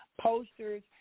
posters